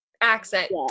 accent